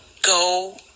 Go